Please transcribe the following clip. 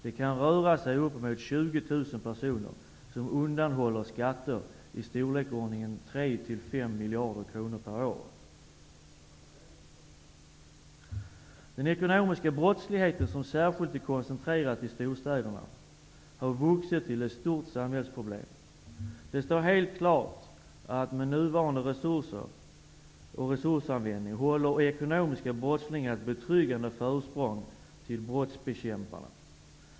Det kan röra sig om uppemot 20 000 personer som undanhåller skatter på i storleksordningen 3-- Den ekonomiska brottsligheten, som är särskilt koncentrerad till storstäderna, har vuxit till ett stort samhällsproblem. Det står helt klart, att med nuvarande resurser och resursanvändning håller ekonomiska brottslingar ett betryggande försprång till brottsbekämparna.